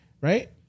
right